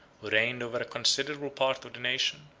who reigned over a considerable part of the nation,